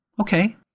Okay